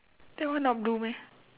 that one not blue meh